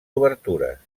obertures